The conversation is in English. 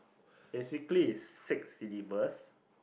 basically is six syllables